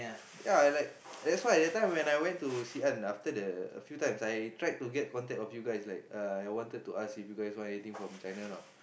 ya and like that's why that time when I went to Xi An after the few times I tried to get contact of you guys like uh I wanted to ask if you guys wanted anything from China or not